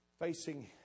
facing